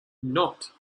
not